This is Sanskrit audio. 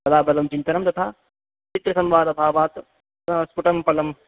बलाबलं चिन्तनं तथा नित्यसंवादभावात् स्फुटं पलम्